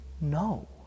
no